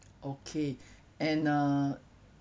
okay and uh